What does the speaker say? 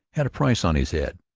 had a price on his head.